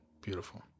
Beautiful